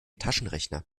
taschenrechner